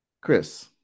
Chris